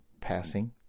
passing